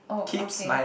oh okay